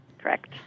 Correct